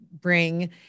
bring